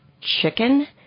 Chicken